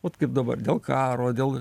vat kaip dabar dėl karo dėl